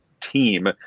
team